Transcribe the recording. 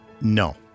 No